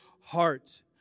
heart